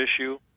issue